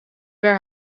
per